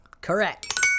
Correct